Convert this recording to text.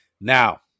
Now